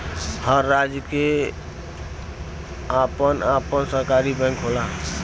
हर राज्य के आपन आपन सरकारी बैंक होला